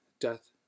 death